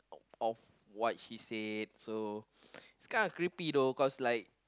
on what she said so it's kind of creepy tho cause like